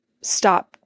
stop